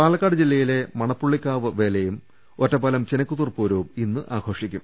പാലക്കാട് ജില്ലയിലെ മണപ്പുള്ളിക്കാവ് വേലയും ഒറ്റപ്പാലം ചിന ക്കത്തൂർ പൂരവും ഇന്ന് ആഘോഷിക്കും